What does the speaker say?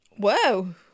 whoa